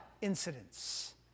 incidents